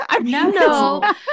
No